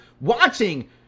watching